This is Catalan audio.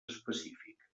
específiques